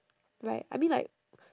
right I mean like